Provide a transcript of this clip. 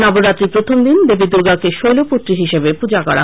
নবরাত্রির প্রথম দিন দেবী দুর্গাকে শৈলপুত্রী হিসাবে পৃজা করা হয়